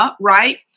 right